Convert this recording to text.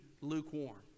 lukewarm